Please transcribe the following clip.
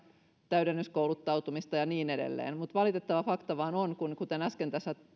täydennyskouluttautumista ja niin edelleen mutta valitettava fakta vain on kuten äsken tässä